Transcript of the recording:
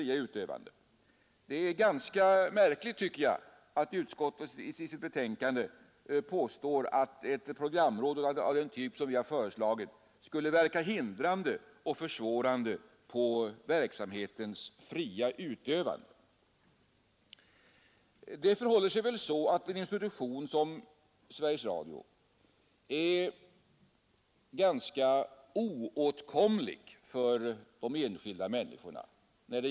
Jag tycker att det är ganska märkligt att utskottet i sitt betänkande påstår att ett programråd av den typ som vi har föreslagit skulle verka hindrande och försvårande på verksamhetens fria utövande. Den löpande verksamheten inom en institution som Sveriges Radio torde vara ganska oåtkomlig för de enskilda människorna.